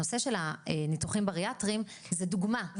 הנושא של הניתוחים הבריאטריים זה דוגמא שהביאו אותה.